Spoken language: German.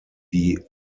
die